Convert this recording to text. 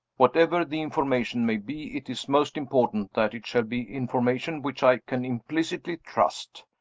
whatever the information may be, it is most important that it shall be information which i can implicitly trust.